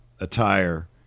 attire